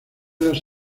las